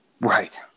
Right